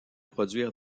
produire